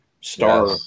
star